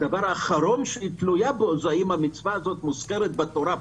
הדבר האחרון שהיא תלויה בו זה האם המצווה הזאת מוזכרת בתורה פעם,